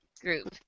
group